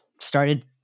started